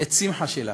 את שמחה שלה.